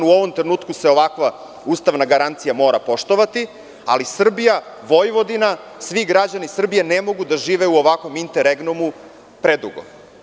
U ovom trenutku se ovakva ustavna garancija mora poštovati, ali Srbija, Vojvodina, svi građani Srbije ne mogu da žive u ovakvom interegnumu predugo.